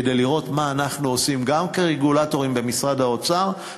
כדי לראות מה אנחנו עושים גם כרגולטורים במשרד האוצר,